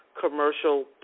commercial